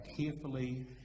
carefully